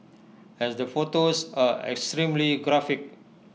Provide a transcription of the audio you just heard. as the photos are extremely graphic